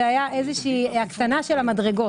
זה היה הקטנה של המדרגות.